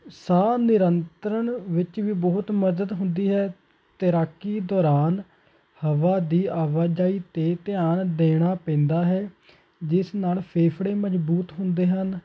ਸਾਹ ਨਿਰੰਤਰਣ ਵਿੱਚ ਵੀ ਬਹੁਤ ਮਦਦ ਹੁੰਦੀ ਹੈ ਤੈਰਾਕੀ ਦੌਰਾਨ ਹਵਾ ਦੀ ਆਵਾਜਾਈ 'ਤੇ ਧਿਆਨ ਦੇਣਾ ਪੈਂਦਾ ਹੈ ਜਿਸ ਨਾਲ ਫੇਫੜੇ ਮਜ਼ਬੂਤ ਹੁੰਦੇ ਹਨ